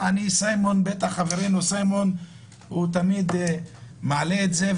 חברנו סיימון תמיד מעלה את זה,